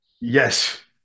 Yes